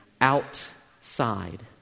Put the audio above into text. outside